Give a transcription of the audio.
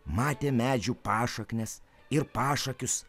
matė medžių pašaknes ir pašakius